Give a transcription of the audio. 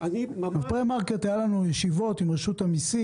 ב-pre market היו לנו ישיבות עם רשות המיסים,